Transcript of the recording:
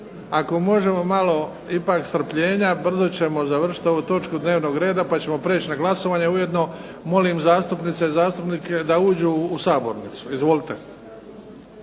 ako možemo malo ipak strpljenja. Brzo ćemo završiti ovu točku dnevnog reda pa ćemo prijeći na glasovanje. Ujedno molim zastupnice i zastupnike da uđu u sabornicu. Izvolite.